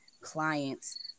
clients